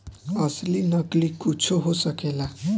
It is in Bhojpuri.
असली नकली कुच्छो हो सकेला